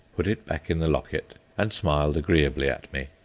put it back in the locket, and smiled agreeably at me.